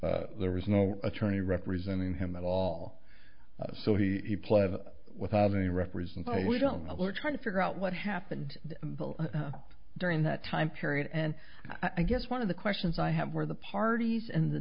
not there was no attorney representing him at all so he pled without any represent we don't we're trying to figure out what happened during that time period and i guess one of the questions i have where the parties and the